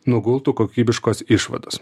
nugultų kokybiškos išvados